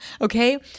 okay